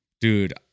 dude